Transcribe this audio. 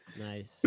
Nice